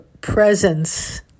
presence